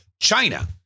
China